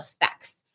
effects